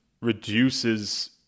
reduces